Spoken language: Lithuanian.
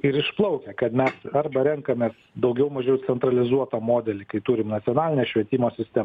ir išplaukia kad mes arba renkamės daugiau mažiau centralizuotą modelį kai turim nacionalinę švietimo sistemą